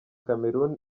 cameroon